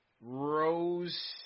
Rose